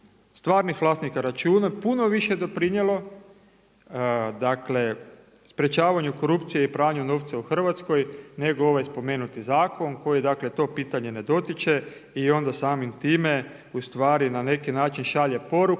stvarnih vlasnika računa, puno više doprinijelo sprječavanju korupcije i pranje novca u Hrvatskoj, nego ovaj spomenuti zakon, koji dakle, to pitanje ne dotiče i onda samim time, u stvari na neki način šalje poruku,